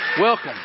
Welcome